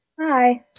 Hi